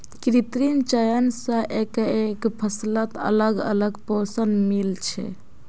कृत्रिम चयन स एकके फसलत अलग अलग पोषण मिल छे